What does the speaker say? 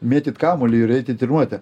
mėtyt kamuolį ir eit į trniruotę